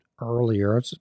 earlier